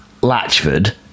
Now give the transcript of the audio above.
Latchford